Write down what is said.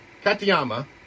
Katayama